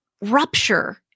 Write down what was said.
rupture